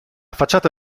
facciata